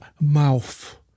mouth